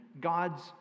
God's